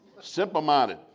Simple-minded